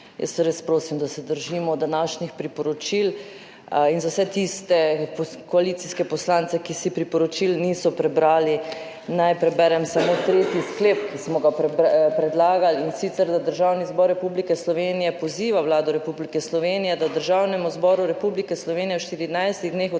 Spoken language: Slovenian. jaz res prosim, da se držimo današnjih priporočil in za vse tiste koalicijske poslance, ki si priporočil niso prebrali, naj preberem samo tretji sklep, ki smo ga predlagali, in sicer, da "Državni zbor Republike Slovenije poziva Vlado Republike Slovenije, da Državnemu zboru Republike Slovenije v 14 dneh